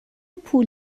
پول